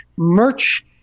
merch